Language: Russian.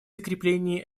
закреплении